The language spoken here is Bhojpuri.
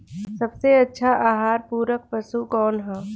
सबसे अच्छा आहार पूरक पशु कौन ह?